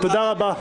תודה רבה.